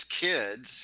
kids